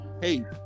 hey